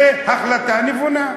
זה החלטה נבונה.